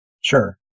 Sure